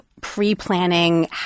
pre-planning